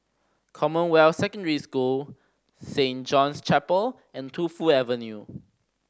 Commonwealth Secondary School Saint John's Chapel and Tu Fu Avenue